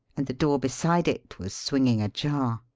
and the door beside it was swinging ajar.